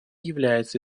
является